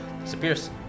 disappears